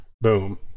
Boom